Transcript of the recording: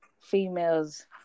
females